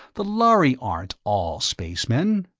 the lhari aren't all spacemen.